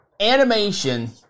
animation